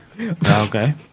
Okay